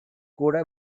கூட